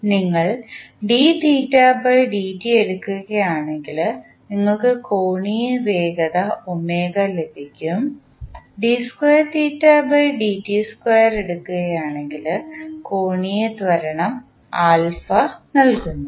അതിനാൽ നിങ്ങൾ എടുക്കുകയാണെങ്കിൽ നിങ്ങൾക്ക് കോണീയ വേഗത ലഭിക്കും കോണീയ ത്വരണം നൽകുന്നു